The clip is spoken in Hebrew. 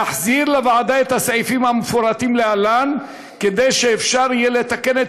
להחזיר לוועדה את הסעיפים המפורטים להלן כדי שאפשר יהיה לתקן את